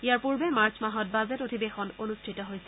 ইয়াৰ পূৰ্বে মাৰ্চ মাহত বাজেট অধিৱেশন অনুষ্ঠিত হৈছিল